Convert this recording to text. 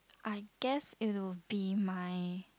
I guess it'll be my